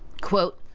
quote,